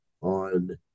on